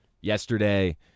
yesterday